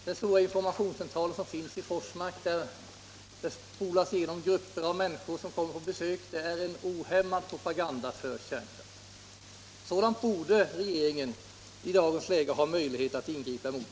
Den stora informationscentralen som finns i Forsmark, där grupper av människor som kommer på besök spolas igenom, bedriver en ohämmad propaganda för kärnkraft. Sådant borde regeringen i dagens läge ha möjlighet att ingripa mot.